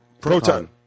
Proton